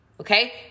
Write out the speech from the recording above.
Okay